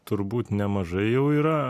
turbūt nemažai jau yra